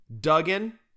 Duggan